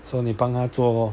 so 你帮他做 lor